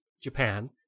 Japan